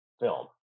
film